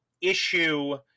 issue